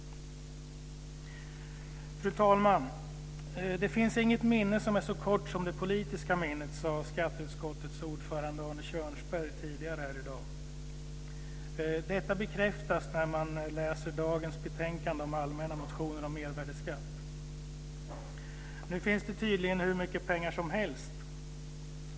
Fru talman! Det finns inget minne som är så kort som det politiska minnet, sade skatteutskottets ordförande Arne Kjörnsberg tidigare här i dag. Detta bekräftas när man läser dagens betänkande om allmänna motioner om mervärdesskatt. Nu finns det tydligen hur mycket pengar som helst.